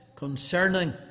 concerning